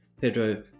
Pedro